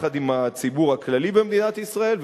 יחד עם הציבור הכללי במדינת ישראל,